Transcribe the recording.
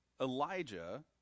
Elijah